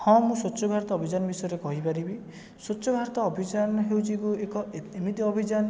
ହଁ ମୁଁ ସ୍ୱଚ୍ଛ ଭାରତ ଅଭିଯାନ ବିଷୟରେ କହିପାରିବି ସ୍ୱଚ୍ଛ ଭାରତ ଅଭିଯାନ ହେଉଛି ଏକ ଏକ ଏମିତି ଅଭିଯାନ